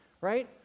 right